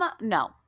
no